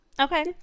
Okay